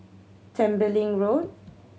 Tembeling Road